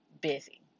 busy